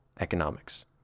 economics